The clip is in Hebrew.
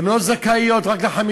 הן לא זכאיות, רק ל-50%.